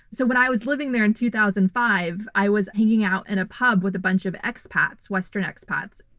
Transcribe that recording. so, when i was living there in two thousand and five, i was hanging out in a pub with a bunch of ex-pats, western ex-pats.